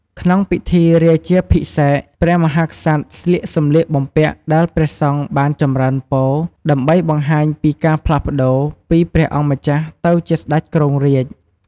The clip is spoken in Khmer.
ក្នុងពិធីរាជាភិសេក ព្រះមហាក្សត្រស្លៀកសំលៀកបំពាក់ដែលព្រះសង្ឃបានចម្រើនពរ ដើម្បីបង្ហាញពីការផ្លាស់ប្តូរពីព្រះអង្គម្ចាស់ទៅជាស្ដេចគ្រងរាជ្យ។